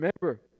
remember